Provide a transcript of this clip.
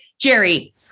Jerry